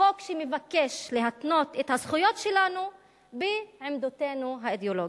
חוק שמבקש להתנות את הזכויות שלנו בעמדותינו האידיאולוגיות.